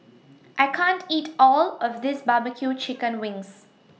I can't eat All of This Barbecue Chicken Wings